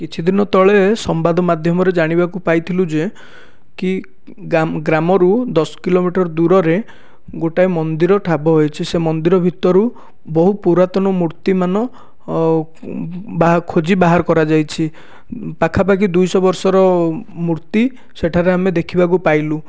କିଛି ଦିନ ତଳେ ସମ୍ବାଦ ମାଧ୍ୟମରେ ଜାଣିବାକୁ ପାଇଥିଲୁ ଯେ କି ଗ୍ରାମ ରୁ ଦଶ୍ କିଲୋମିଟର ଦୂରରେ ଗୋଟେ ମନ୍ଦିର ଠାବ ହୋଇଛି ସେ ମନ୍ଦିର ଭିତରୁ ବହୁ ପୁରାତନ ମୂର୍ତ୍ତିମାନ ବା ଖୋଜି ବାହାର କରାଯାଇଛି ପାଖାପାଖି ଦୁଇ ଶହ ବର୍ଷର ମୂର୍ତ୍ତି ସେଠାରେ ଆମେ ଦେଖିବାକୁ ପାଇଲୁ